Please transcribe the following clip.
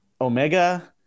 Omega